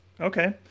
Okay